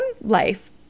life